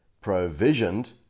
provisioned